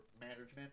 management